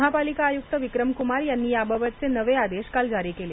महापालिका आयुक्त विक्रमकुमार यांनी याबाबतचे नवे आदेश काल जारी केले